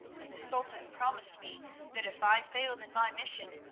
and the sultan promised me that if i failed in my mission,